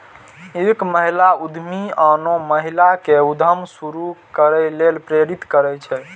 एक महिला उद्यमी आनो महिला कें उद्यम शुरू करै लेल प्रेरित करै छै